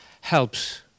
helps